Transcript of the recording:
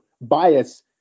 bias